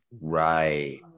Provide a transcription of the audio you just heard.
Right